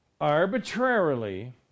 arbitrarily